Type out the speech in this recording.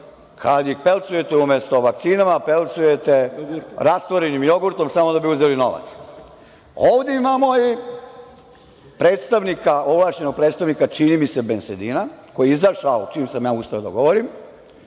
kad ih pelcujete umesto vakcinama, pelcujete rastvorenim jogurtom samo da bi uzeli novac. Ovde imamo i ovlašćenog predstavnika, čini mi se bensedina, koji je izašao čim sam ja ustao da govorim,